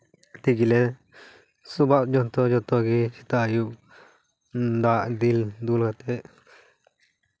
ᱛᱮᱜᱮ ᱞᱮ ᱥᱮᱵᱟ ᱟᱭᱟ ᱡᱚᱛᱚ ᱜᱮ ᱥᱮᱛᱟᱜ ᱟᱭᱩᱵᱽ ᱫᱟᱜ ᱫᱤᱞ ᱫᱩᱞᱟᱛᱮ